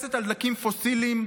שמבוססת על דלקים פוסיליים?